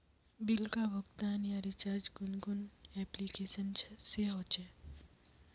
Bill का भुगतान या रिचार्ज कुन कुन एप्लिकेशन से होचे?